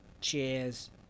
Cheers